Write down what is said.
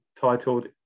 titled